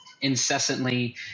incessantly